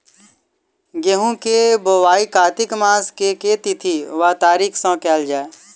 गेंहूँ केँ बोवाई कातिक मास केँ के तिथि वा तारीक सँ कैल जाए?